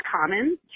common